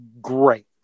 great